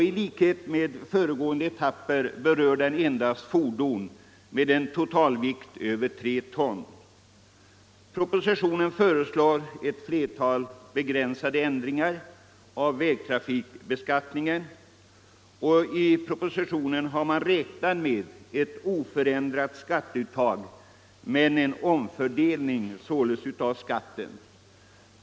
I likhet med föregående etapper berör den endast fordon med en totalvikt över 3 ton. Propositionen föreslår ett flertal begränsade ändringar av vägtrafikbeskattningen, och man räknar med ett oförändrat skatteuttag men en omfördelning av skatten.